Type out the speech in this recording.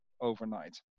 overnight